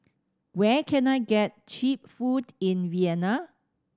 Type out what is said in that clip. where can I get cheap food in Vienna